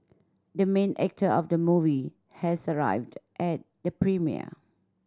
the main actor of the movie has arrived at the premiere